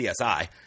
CSI